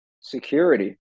security